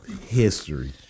History